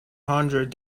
hundred